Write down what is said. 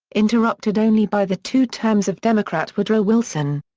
interrupted only by the two terms of democrat woodrow wilson.